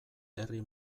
herri